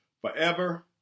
forever